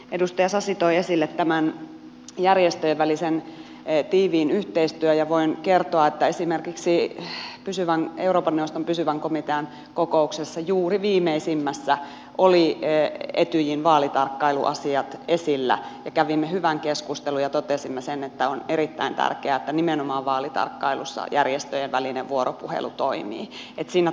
edustaja sasi toi esille tämän järjestöjen välisen tiiviin yhteistyön ja voin kertoa että juuri esimerkiksi euroopan neuvoston pysyvän komitean viimeisimmässä kokouksessa olivat etyjin vaalitarkkailuasiat esillä ja kävimme hyvän keskustelun ja totesimme sen että on erittäin tärkeää että nimenomaan vaalitarkkailussa järjestöjen välinen vuoropuhelu toimii